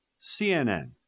CNN